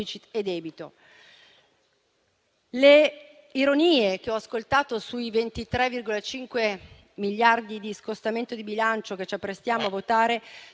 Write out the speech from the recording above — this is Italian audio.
Le ironie che ho ascoltato sui 23,5 miliardi di scostamento di bilancio che ci apprestiamo a votare